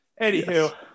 Anywho